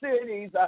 cities